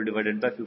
30